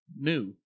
new